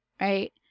right